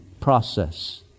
process